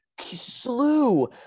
slew